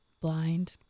blind